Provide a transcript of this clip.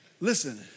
Listen